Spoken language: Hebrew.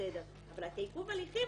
בסדר; אבל עיכוב הליכים